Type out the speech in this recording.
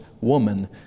woman